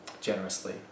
generously